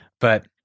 but-